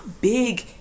big